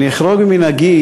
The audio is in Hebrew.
אני אחרוג ממנהגי,